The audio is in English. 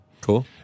Cool